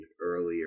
earlier